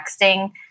texting